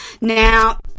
Now